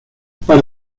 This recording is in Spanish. par